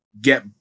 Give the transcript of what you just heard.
get